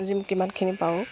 কিমানখিনি পাৰোঁ